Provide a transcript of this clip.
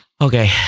okay